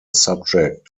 subject